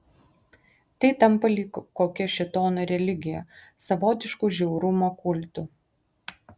tai tampa lyg kokia šėtono religija savotišku žiaurumo kultu